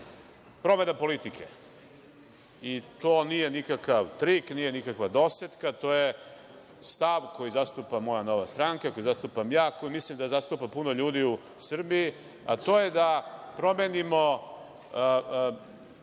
Promena politike i to nije nikakav trik, nikakva dosetka, to je stav koji zastupa moja Nova stranka, koju zastupam ja, koju mislim da zastupa puno ljudi u Srbije, a to je da promenimo